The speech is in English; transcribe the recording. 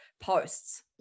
posts